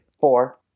Four